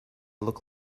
look